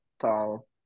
tall